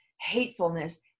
hatefulness